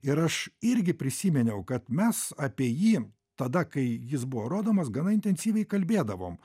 ir aš irgi prisimeniau kad mes apie jį tada kai jis buvo rodomas gana intensyviai kalbėdavom